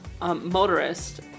motorist